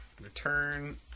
Return